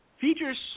features